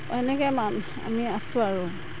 এনেকৈ আমি আছো আৰু